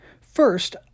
First